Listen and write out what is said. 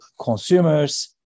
consumers